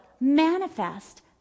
manifest